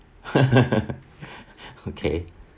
okay